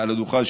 מעל הדוכן,